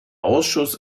ausschuss